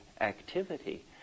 activity